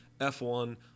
F1